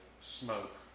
smoke